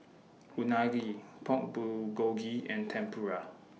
Unagi Pork Bulgogi and Tempura